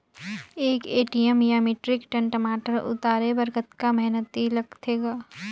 एक एम.टी या metric ton टमाटर उतारे बर कतका मेहनती लगथे ग?